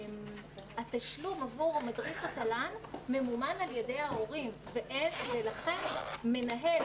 התשלום עבור מדריך התל"ן ממומן על ידי ההורים ולכן מנהל,